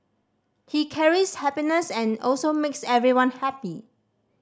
he carries happiness and also makes everyone happy